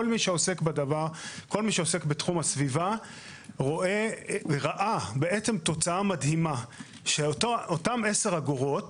מי שעוסק בתחום הסביבה רואה וראה תוצאה מדהימה שאותן 10 אגורות